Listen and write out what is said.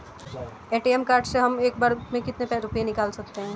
ATM card से हम एक बार में कितने रुपये निकाल सकते हैं?